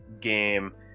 game